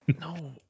No